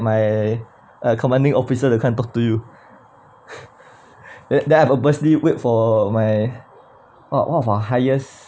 my uh commanding officer to come and talk to you then I purposely wait for my uh one of our highest